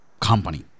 company